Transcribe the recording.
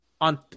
on